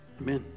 amen